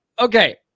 okay